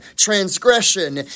transgression